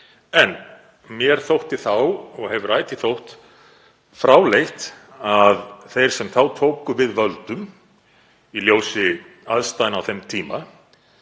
En mér þótti þá og hefur ætíð þótt fráleitt að þeir sem þá tóku við völdum, í ljósi aðstæðna á þeim tíma,